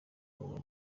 nyuma